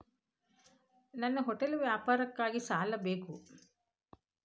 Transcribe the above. ನನ್ನ ಹೋಟೆಲ್ ವ್ಯಾಪಾರಕ್ಕಾಗಿ ಸಾಲ ಬೇಕು